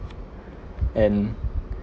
and